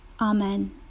Amen